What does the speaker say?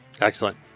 Excellent